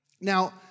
Now